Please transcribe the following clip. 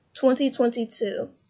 2022